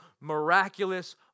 miraculous